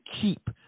keep